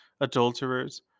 adulterers